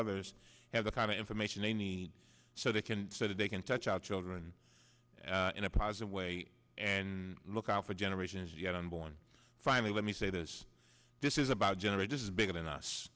others have the kind of information they need so they can set it they can touch our children in a positive way and look out for generations yet unborn finally let me say this this is about generate this is bigger than us